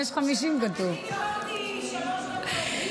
טוב שלא באת עם, אני דיברתי שלוש דקות.